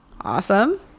Awesome